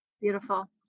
Beautiful